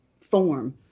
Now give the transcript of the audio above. form